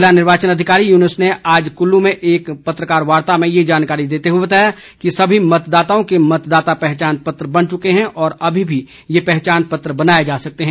जिला निर्वाचन अधिकारी युनूस ने आज कुल्लू में एक पत्रकार वार्ता में ये जानकारी देते हुए बताया कि सभी मतदाताओं के मतदाता पहचान पत्र बन चुके हैं और अमी भी ये पहचान पत्र बनाए जा सकते हैं